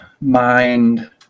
mind